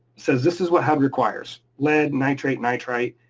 says, this is what hud requires, lead, nitrate, nitrite,